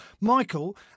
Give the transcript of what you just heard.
Michael